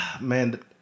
man